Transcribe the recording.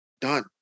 Done